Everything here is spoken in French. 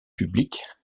publique